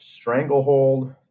Stranglehold